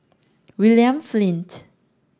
William Flint